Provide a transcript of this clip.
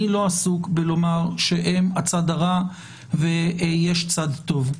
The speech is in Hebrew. אני לא עסוק בלומר שהם הצד הרע ויש צד טוב.